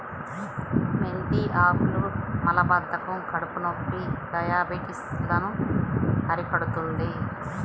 మెంతి ఆకులు మలబద్ధకం, కడుపునొప్పి, డయాబెటిస్ లను అరికడుతుంది